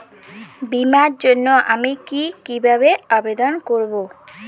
বিমার জন্য আমি কি কিভাবে আবেদন করব?